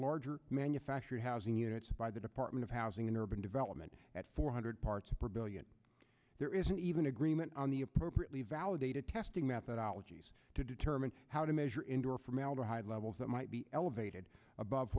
larger manufactured housing units by the department of housing and urban development at four hundred parts per billion there isn't even agreement on the appropriately validated testing methodology to determine how to measure indoor formaldehyde levels that might be elevated above